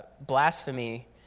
blasphemy